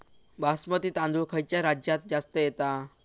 बासमती तांदूळ खयच्या राज्यात जास्त येता?